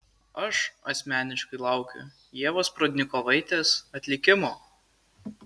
aš asmeniškai laukiu ievos prudnikovaitės atlikimo